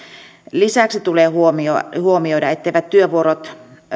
lisäksi tulee huomioida etteivät työvuorot